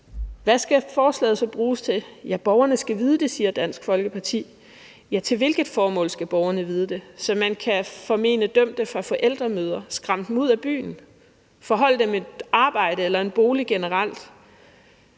Hvad skal forslaget så bruges til? Ja, borgerne skal vide det, siger Dansk Folkeparti. Til hvilket formål skal borgerne vide det? Så man kan formene dømte adgang til forældremøder, skræmme dem ud af byen, forholde dem et arbejde eller en bolig generelt?